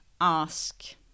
ask